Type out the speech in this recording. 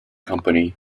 company